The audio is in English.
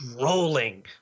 rolling